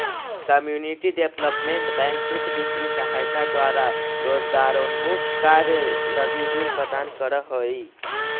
community development bank सुख वित्तीय सहायता द्वारा रोजगारोन्मुख कार्य लगी ऋण प्रदान करऽ हइ